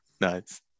Nice